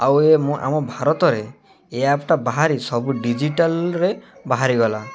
ଆଉ ଏ ଆମ ଭାରତରେ ଏ ଆପ୍ଟା ବାହାରି ସବୁ ଡିଜିଟାଲ୍ରେ ବାହାରିଗଲା